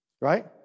Right